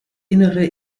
innere